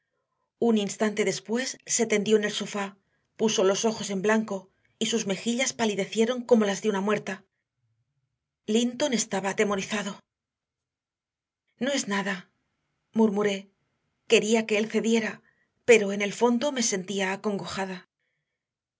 un instante después se tendió en el sofá puso los ojos en blanco y sus mejillas palidecieron como las de una muerta linton estaba atemorizado no es nada murmuré quería que él cediera pero en el fondo me sentía acongojada